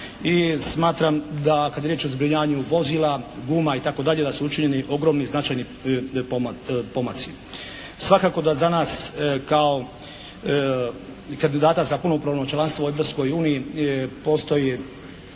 i smatram da kad je riječ o zbrinjavanju vozila, guma itd. da su učinjeni ogromni i značajni pomaci. Svakako da za nas kao kandidata za punopravno članstvo u Europskoj uniji postoji